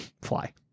Fly